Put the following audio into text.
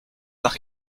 nach